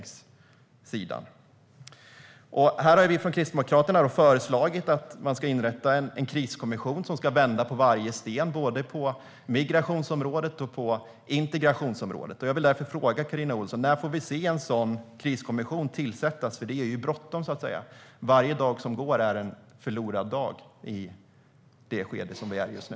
Kristdemokraterna har föreslagit att man ska inrätta en kriskommission som ska vända på varje sten, både på migrationsområdet och på integrationsområdet. Jag vill därför fråga Carina Ohlsson: När får vi se en sådan kriskommission tillsättas, för det är bråttom? Varje dag som går är en förlorad dag i det skede som vi är i just nu.